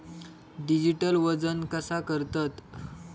Digital वजन कसा करतत?